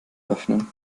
öffnen